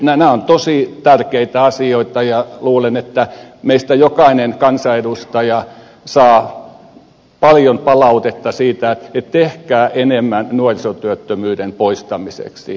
nämä ovat tosi tärkeitä asioita ja luulen että meistä jokainen kansanedustaja saa paljon palautetta siitä että tehkää enemmän nuorisotyöttömyyden poistamiseksi